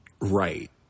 right